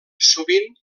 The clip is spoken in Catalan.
sovint